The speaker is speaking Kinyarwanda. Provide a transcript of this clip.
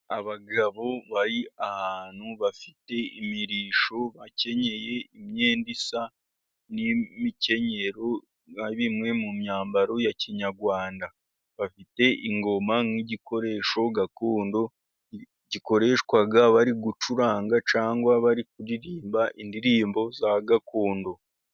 Abagabo bari ahantu, bafite imirisho bakenyeye imyenda isa, n'imikenyero nka bimwe mu myambaro ya kinyarwanda, bafite ingoma nk'igikoresho gakondo gikoreshwa bari gucuranga, cyangwa bari kuririmba indirimbo za gakondo.